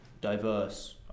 diverse